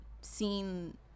seen